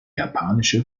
japanische